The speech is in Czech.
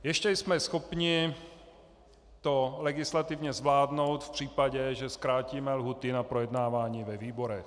Ještě jsme schopni to legislativně zvládnout v případě, že zkrátíme lhůty na projednávání ve výborech.